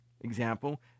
Example